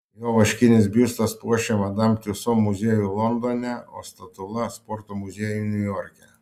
jo vaškinis biustas puošia madam tiuso muziejų londone o statula sporto muziejų niujorke